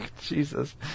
Jesus